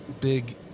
big